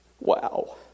Wow